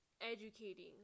educating